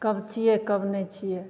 कब छियै कब नहि छियै